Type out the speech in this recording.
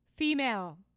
Female